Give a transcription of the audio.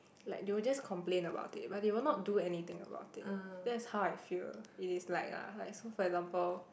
like they will just complain about it but they will not do anything about it that's how I feel it is like lah like so for example